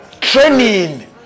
training